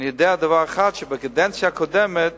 אני יודע דבר אחד, שבקדנציה הקודמת